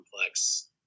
complex